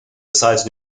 besides